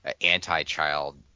anti-child